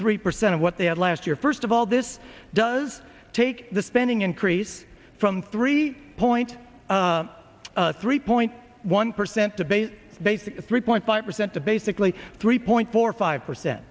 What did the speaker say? three percent of what they had last year first of all this does take the spending increase from three point three point one percent debate basically three point five percent the basically three point four five percent